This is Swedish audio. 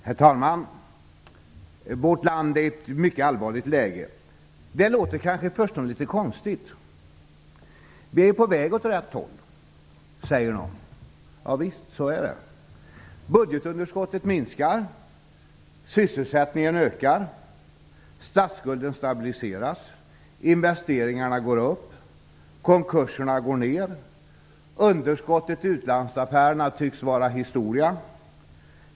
Herr talman! Vårt land befinner sig i ett mycket allvarligt läge. Det låter kanske i förstone litet konstigt. Vi är på väg åt rätt håll, säger någon. Ja visst, så är det. Budgetunderskottet minskar. Sysselsättningen ökar. Statsskulden stabiliseras. Investeringarna går upp. Konkurserna går ner. Underskottet i utlandsaffärerna tycks vara historia.